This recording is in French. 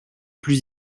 plus